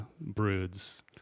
broods